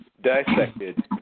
dissected